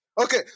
Okay